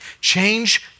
change